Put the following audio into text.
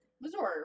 Missouri